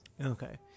Okay